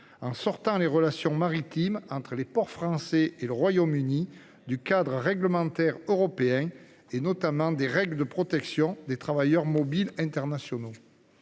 en sortant les relations maritimes entre les ports français et le Royaume-Uni du cadre réglementaire européen, notamment des règles de protection des travailleurs mobiles internationaux.